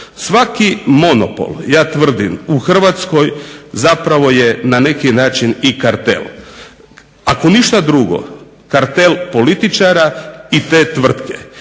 Svaki monopol ja tvrdim u Hrvatskoj zapravo je na neki način i kartel. Ako ništa drugo kartel političara i te tvrtke.